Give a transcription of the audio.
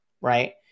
Right